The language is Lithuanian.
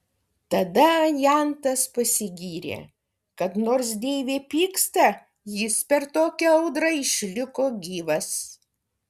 tada ajantas pasigyrė kad nors deivė pyksta jis per tokią audrą išliko gyvas